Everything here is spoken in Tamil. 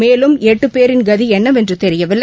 மேலும் எட்டு பேரின் கதி என்னவென்று தெரியவில்லை